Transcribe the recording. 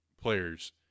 players